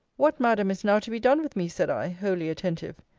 what, madam, is now to be done with me? said i, wholly attentive.